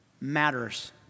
matters